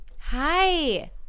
Hi